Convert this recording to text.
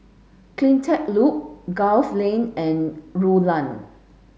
CleanTech Loop Gul Lane and Rulang